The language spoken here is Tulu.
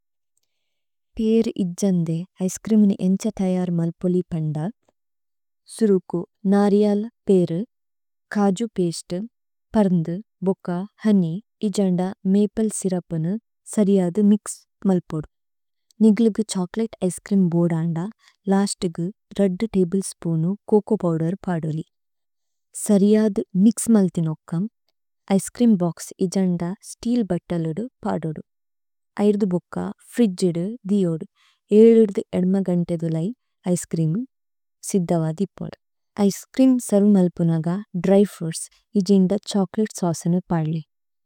പരി ഇജനദൈ ഏഅസക്രിമനി ഏന്ജദയരമലപലി പന്ദ। സരൂകു നര്യല പരി, കജു പൈശദി, പരനദി, ബഗ, ഹോനേയ്, ഇജനദൈ മൈബല് സിരപനി, സരിയദി മികസമലപദി। നിഗലഗി ഛോകലത ഇസകരിമ ബോദന്ദ, ലസതഗി രദി തൈബിസപൂനമ് കോകോ പോദരി പദലി। സരിയദ് മികസമലഥി നൂകകമ്, ഐസകരിമ ബോദുസ് ഇജനദ സതിലബതലിദമ് പദലി। ഐരദ ബഗ, ഫരിജിദമ്, ദിഓദ് ഐസകരിമ സിദ്ധവദി പോദ്। ഐസകരിമ സരവമലപനഗ, ദേരേഫേര്രോഉസ്, ഇജനദ ഛോകലതി സസനി പദലി।